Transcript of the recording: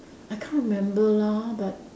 I can't remember lah but